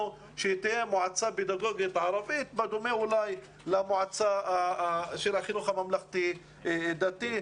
היא שתהיה מועצה פדגוגית ערבית בדומה למועצה שלה החינוך הממלכתי דתי.